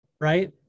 right